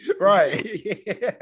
Right